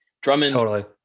Drummond